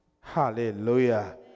Hallelujah